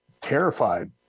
terrified